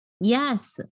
Yes